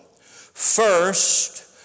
First